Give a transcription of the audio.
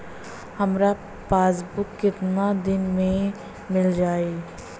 हमार पासबुक कितना दिन में मील जाई?